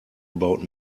about